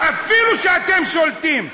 אפילו שאתם שולטים.